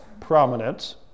prominent